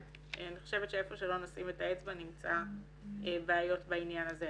אני חושבת שאיפה שלא נשים את האצבע נמצא בעיות בעניין הזה.